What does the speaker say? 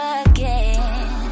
again